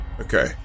okay